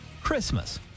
Christmas